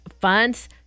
funds